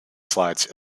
slides